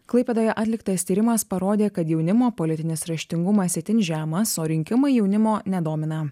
klaipėdoje atliktas tyrimas parodė kad jaunimo politinis raštingumas itin žemas o rinkimai jaunimo nedomina